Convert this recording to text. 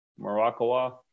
Morakawa